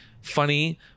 funny